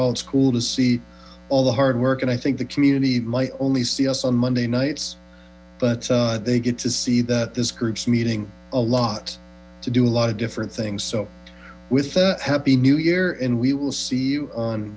it's cool to see all the hard work and i think the community might only see us on monday nights but they get to see this group's meeting a lot to do a lot of different things with happy new year and we will see you on